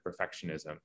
perfectionism